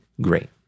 great